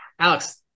Alex